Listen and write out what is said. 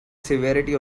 severity